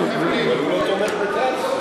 הוא לא תומך בטרנספר.